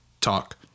talk